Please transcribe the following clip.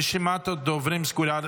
רשימת הדוברים סגורה.